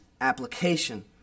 application